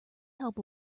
help